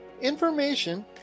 information